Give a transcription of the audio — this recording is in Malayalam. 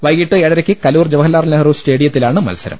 വൈകീട്ട് ഏഴരക്ക് കലൂർ ജവഹർലാൽ നെഹ്റു സ്റ്റേഡിയത്തിലാണ് മത്സരം